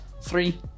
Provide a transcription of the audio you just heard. three